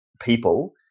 people